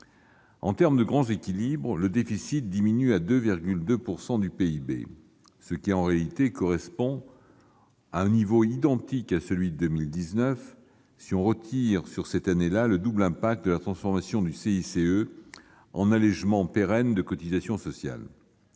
En termes de grands équilibres, le déficit diminue pour s'établir à 2,2 % du PIB. En réalité, cela correspond à un niveau identique à celui de 2019 si l'on retire, pour cette année-là, le double effet de la transformation du CICE en allégement pérenne de cotisations sociales.